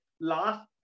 Last